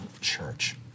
church